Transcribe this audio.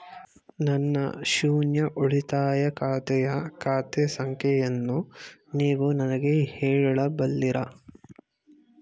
ನನ್ನ ಶೂನ್ಯ ಉಳಿತಾಯ ಖಾತೆಯ ಖಾತೆ ಸಂಖ್ಯೆಯನ್ನು ನೀವು ನನಗೆ ಹೇಳಬಲ್ಲಿರಾ?